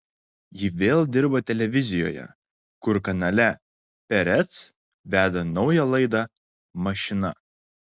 ji vėl dirba televizijoje kur kanale perec veda naują laidą mašina